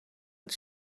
het